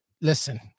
listen